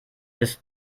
ist